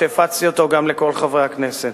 שהפצתי אותו גם לכל חברי הכנסת.